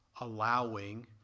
allowing